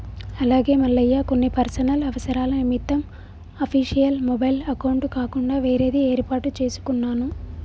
అలాగే మల్లయ్య కొన్ని పర్సనల్ అవసరాల నిమిత్తం అఫీషియల్ మొబైల్ అకౌంట్ కాకుండా వేరేది ఏర్పాటు చేసుకున్నాను